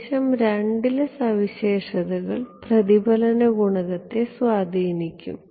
പ്രദേശം 2 ലെ സവിശേഷതകൾ പ്രതിഫലന ഗുണകത്തെ സ്വാധീനിക്കും